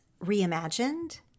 Reimagined